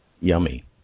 yummy